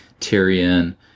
Tyrion